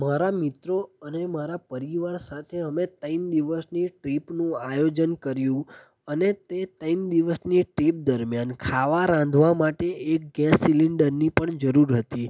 મારા મિત્રો અને મારા પરિવાર સાથે અમે ત્રણ દિવસની ટ્રીપનું આયોજન કર્યું અને તે ત્રણ દિવસની ટીપ દરમિયાન ખાવા રાંધવા માટે એક ગેસ સિલિન્ડરની પણ જરૂર હતી